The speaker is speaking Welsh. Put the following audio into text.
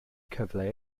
cyfle